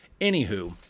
Anywho